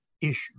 issue